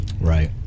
Right